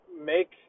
make